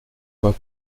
pas